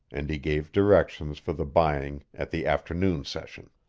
and he gave directions for the buying at the afternoon session.